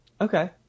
Okay